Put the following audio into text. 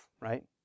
right